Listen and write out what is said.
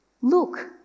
Look